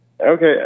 Okay